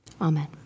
Amen